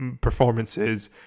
performances